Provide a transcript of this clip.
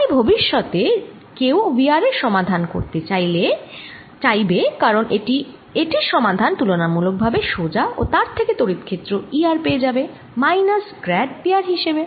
তাই ভবিষ্যতে কেউ V r এর সমাধান করতে চাইবে কারণ এটির সমাধান তুলনামুলক ভাবে সোজা ও তার থেকে তড়িৎ ক্ষেত্র E r পেয়ে যাবে মাইনাস গ্র্যাড V r হিসেবে